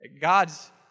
God's